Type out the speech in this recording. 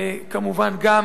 כמובן גם,